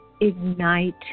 ignite